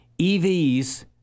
EVs